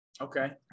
Okay